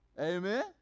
Amen